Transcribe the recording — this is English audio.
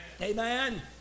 Amen